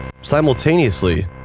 Simultaneously